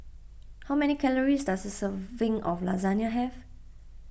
how many calories does a serving of Lasagne have